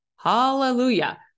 Hallelujah